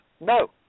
no